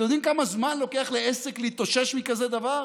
אתם יודעים כמה זמן לוקח לעסק להתאושש מכזה דבר?